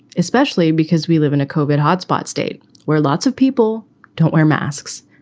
especially because we live in a covid hotspot state where lots of people don't wear masks,